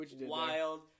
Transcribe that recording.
wild